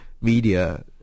media